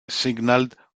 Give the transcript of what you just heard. signalled